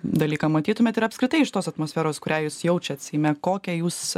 dalyką matytumėt ir apskritai iš tos atmosferos kurią jūs jaučiat seime kokią jūs